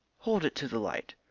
hold it to the light.